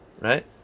right